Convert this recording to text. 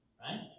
right